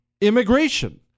immigration